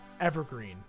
evergreen